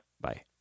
Bye